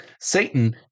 Satan